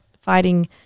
fighting